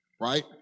right